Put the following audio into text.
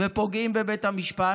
ופוגעים בבית המשפט,